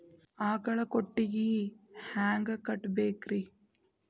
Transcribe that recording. ಆಕಳ ಕೊಟ್ಟಿಗಿ ಹ್ಯಾಂಗ್ ಕಟ್ಟಬೇಕ್ರಿ?